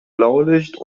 blaulicht